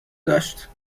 داشت